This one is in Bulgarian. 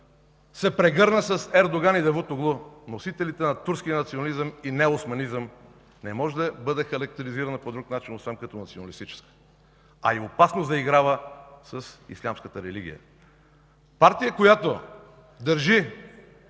се прегърна с Ердоган и Давутоглу – носителите на турския национализъм и неоосманизъм, не може да бъде характеризирана по друг начин освен като националистическа, а и опасно заиграва с ислямската религия. Партия, която държи